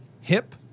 hip